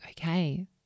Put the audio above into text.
okay